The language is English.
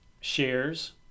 shares